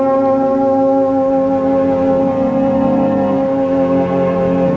or